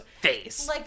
face